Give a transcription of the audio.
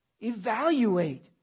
evaluate